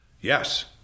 Yes